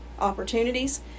opportunities